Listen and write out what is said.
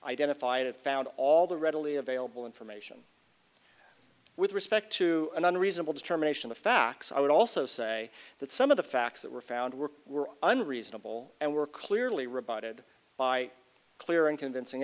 identified it found all the readily available information with respect to an unreasonable determination of facts i would also say that some of the facts that were found were were unreasonable and were clearly rebutted by clear and convincing